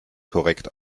korrekt